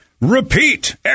repeat